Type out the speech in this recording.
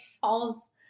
falls